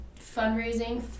fundraising